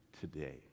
today